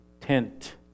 tent